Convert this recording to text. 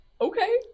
Okay